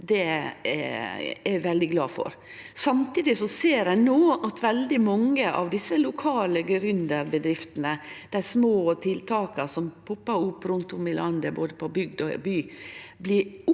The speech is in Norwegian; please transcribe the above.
er eg veldig glad for. Samtidig ser ein no at veldig mange av desse lokale gründerbedriftene, dei små tiltaka som poppa opp rundt om i landet både i bygd og i by, blir kjøpte